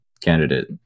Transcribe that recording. candidate